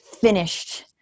finished